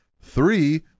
three